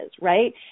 right